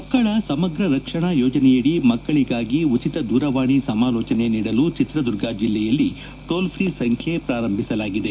ಮಕ್ಕಳ ಸಮಗ್ರ ರಕ್ಷಣಾ ಯೋಜನೆಯಡಿ ಮಕ್ಕಳಗಾಗಿ ಉಚಿತ ದೂರವಾಣಿ ಸಮಾಲೋಚನೆ ನೀಡಲು ಚಿತ್ರದುರ್ಗ ಜಿಲ್ಲೆಯಲ್ಲಿ ಟೋಲ್ ಫ್ರೀ ಸಂಖ್ಯೆ ಪ್ರಾರಂಭಿಸಲಾಗಿದೆ